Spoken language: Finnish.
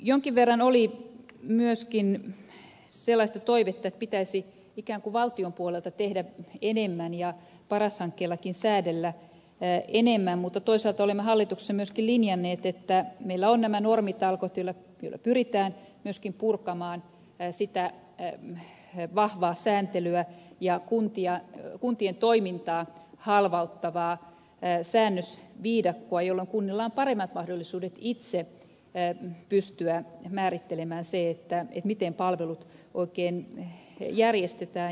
jonkin verran oli myöskin sellaista toivetta että pitäisi ikään kuin valtion puolelta tehdä enemmän ja paras hankkeellakin säädellä enemmän mutta toisaalta olemme hallituksessa myöskin linjanneet että meillä on nämä normitalkoot joilla pyritään myöskin purkamaan sitä vahvaa sääntelyä ja kuntien toimintaa halvauttavaa säännösviidakkoa jolloin kunnilla on paremmat mahdollisuudet itse pystyä määrittelemään se miten palvelut oikein järjestetään